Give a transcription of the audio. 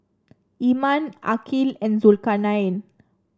Iman Aqil and Zulkarnain